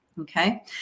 Okay